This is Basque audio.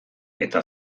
eta